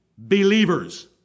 Believers